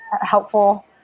helpful